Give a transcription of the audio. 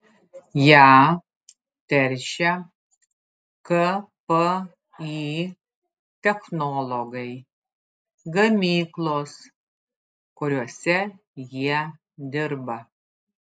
ją teršia kpi technologai gamyklos kuriose jie dirba